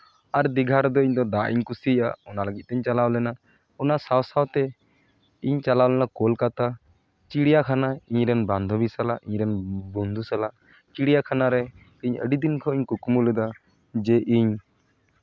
ᱟᱨ ᱫᱤᱜᱷᱟ ᱨᱮᱫᱚ ᱤᱧᱫᱚ ᱫᱟᱜ ᱤᱧ ᱠᱩᱥᱤᱭᱟᱜᱼᱟ ᱚᱱᱟ ᱞᱟᱹᱜᱤᱫ ᱛᱤᱧ ᱪᱟᱞᱟᱣ ᱞᱮᱱᱟ ᱚᱱᱟ ᱥᱟᱶ ᱥᱟᱶᱛᱮ ᱤᱧ ᱪᱟᱞᱟᱣ ᱞᱮᱱᱟ ᱠᱳᱞᱠᱟᱛᱟ ᱪᱤᱲᱤᱭᱟᱠᱷᱟᱱᱟ ᱤᱧᱨᱮᱱ ᱵᱟᱱᱫᱷᱚᱵᱤ ᱥᱟᱞᱟᱜ ᱤᱧᱨᱮᱱ ᱵᱚᱱᱫᱷᱩ ᱥᱟᱞᱟᱜ ᱪᱤᱲᱤᱭᱟᱠᱷᱟᱱᱟ ᱨᱮ ᱤᱧ ᱟᱹᱰᱤ ᱫᱤᱱ ᱠᱷᱚᱱ ᱤᱧ ᱠᱩᱠᱢᱩ ᱞᱮᱫᱟ ᱡᱮ ᱤᱧ